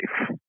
life